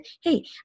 hey